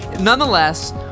nonetheless